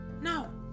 No